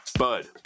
Bud